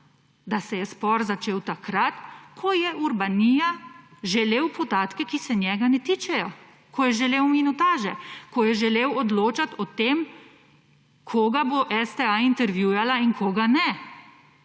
da se je spor začel takrat, ko je Urbanija želel podatke, ki se njega ne tičejo, ko je želel minutaže, ko je želel odločati o tem koga bo STA intervjuvala in koga ne.